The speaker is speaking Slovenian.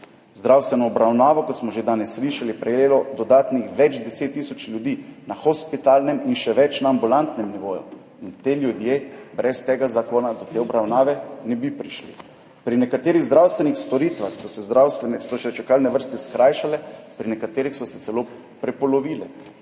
Zdravstveno obravnavo, kot smo že danes slišali, je prejelo dodatnih več 10 tisoč ljudi, na hospitalnem in še več na ambulantnem nivoju. Ti ljudje brez tega zakona do te obravnave ne bi prišli. Pri nekaterih zdravstvenih storitvah so se čakalne vrste skrajšale, pri nekaterih so se celo prepolovile,